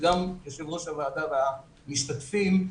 גם יושב-ראש הוועדה והמשתתפים,